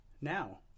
now